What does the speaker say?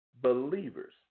believers